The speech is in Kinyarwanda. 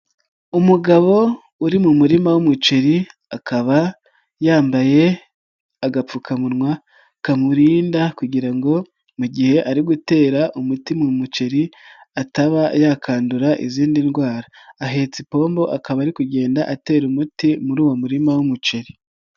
Umugabo uri mu murima w'umuceri, akaba yambaye agapfukamunwa, kamurinda kugira ngo mu gihe ari gutera umuti mu muceri ataba yakandura izindi ndwara. Ahetse ipombo, akaba ari kugenda atera umuti muri uwo murima w'umuceri.